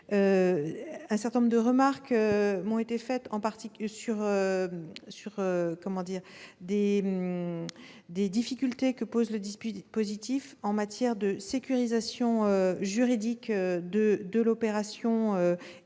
d'un certain nombre de remarques sur les difficultés que pose le dispositif en matière de sécurisation juridique de l'opération et du preneur.